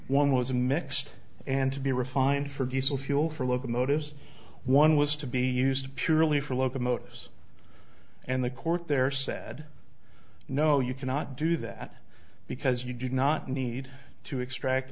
one was a mixed and to be refined for diesel fuel for locomotives one was to be used purely for locomotives and the court there said no you cannot do that because you did not need to extract